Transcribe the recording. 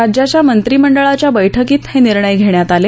राज्यांच्या मंत्रीमडळाच्या बैठकीत हे निर्णय घेण्यात आले